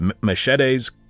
machetes